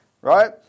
right